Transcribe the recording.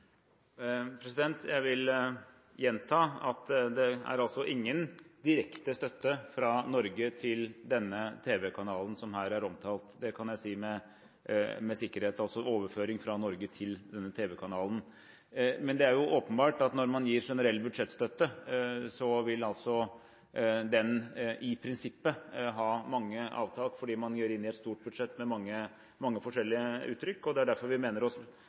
Jeg vil gjenta at det er ingen direkte støtte fra Norge til denne tv-kanalen som er omtalt her. Det kan jeg si med sikkerhet – altså ingen overføring fra Norge til denne tv-kanalen. Men det er åpenbart at når man gir generell budsjettstøtte, vil den i prinsippet ha mange avtak, fordi det går inn i et stort budsjett med mange forskjellige uttrykk. Det er derfor vi mener oss